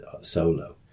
solo